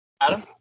Adam